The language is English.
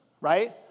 right